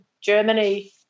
Germany